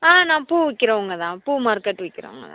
ஆ நான் பூ விற்கிறவுங்கதான் பூ மார்க்கெட் விற்கிறவுங்கதான்